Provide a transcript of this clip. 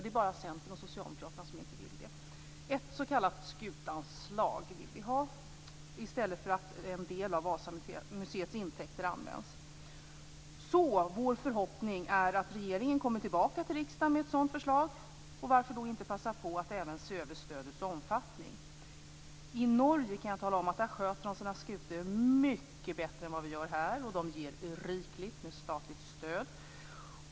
Det är bara Centern och socialdemokraterna som inte vill det. Vi vill alltså ha ett s.k. skutanslag i stället för att en del av Vasamuseets intäkter används. Vår förhoppning är regeringen kommer tillbaka till riksdagen med ett sådant förslag, och varför då inte passa på att se över även stödets omfattning? I Norge sköter man sina skutor mycket bättre än vad vi gör här och man ger rikligt med statligt stöd.